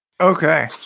Okay